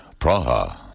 Praha